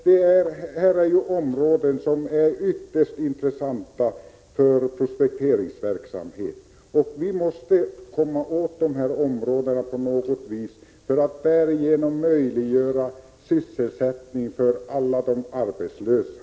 Det rör sig om områden som är ytterst intressanta för prospekteringsverksamhet. Vi måste på något vis komma åt dessa områden för att möjliggöra sysselsättning för alla arbetslösa.